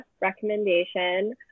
recommendation